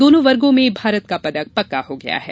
दोनो वर्गो में भारत का पदक पक्का होगया है